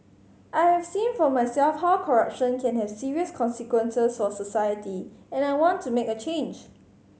I have seen for myself how corruption can have serious consequences for society and I want to make a change